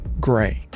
gray